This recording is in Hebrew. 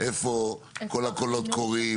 איפה ככל הקולות קוראים?